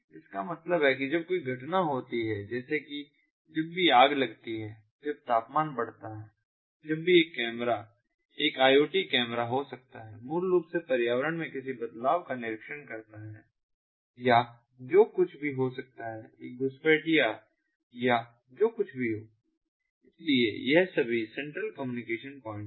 इसका मतलब है कि जब भी कोई घटना होती है जैसे कि जब भी आग लगती है जब तापमान बढ़ता है जब भी एक कैमरा एक IoT कैमरा हो सकता है मूल रूप से पर्यावरण में किसी तरह के बदलाव का निरीक्षण करता है या जो कुछ भी हो सकता है एक घुसपैठिया या जो कुछ भी हो इसलिए यह सभी सेंट्रल कम्युनिकेशन पॉइंट्स है